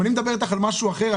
אני מדבר איתך על משהו אחר.